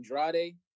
Andrade